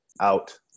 out